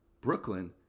Brooklyn